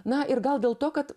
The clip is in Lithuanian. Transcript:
na ir gal dėl to kad